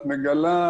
את מגלה,